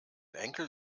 enkel